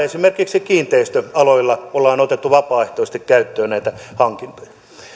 esimerkiksi kiinteistöaloilla ollaan otettu vapaaehtoisesti käyttöön näitä hankintoja